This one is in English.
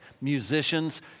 Musicians